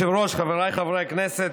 אדוני היושב-ראש, חבריי חברי הכנסת,